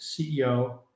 CEO